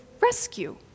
rescue